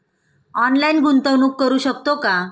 Online गुंतवणूक करू शकतो का?